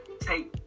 take